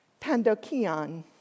pandokion